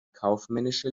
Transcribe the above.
kaufmännische